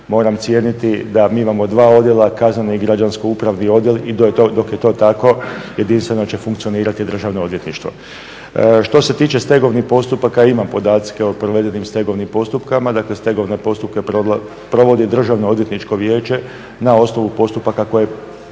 moram cijeniti da mi imamo dva odjela, kazneni i građansko upravni odjel i dok je to tako jedinstveno će funkcionirati državno odvjetništvo. Što se tiče stegovnih postupaka, ima podataka o provedenim stegovnim postupcima, dakle stegovne postupke provodi državno odvjetničko vijeće na osnovu postupaka koji